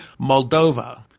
Moldova –